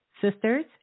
sisters